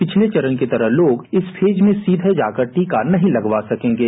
पिछले चरण की तरह लोग फेज में जाकर टीका नहीं लगावा सकेंगे